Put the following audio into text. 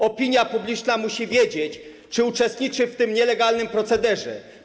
Opinia publiczna musi wiedzieć, czy uczestniczył w tym nielegalnym procederze.